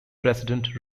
president